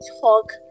talk